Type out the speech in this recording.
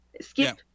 Skip